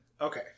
Okay